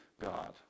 God